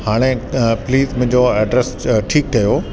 हाणे अ प्लीज मुंहिंजो एड्रेस ठीकु कयो